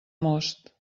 most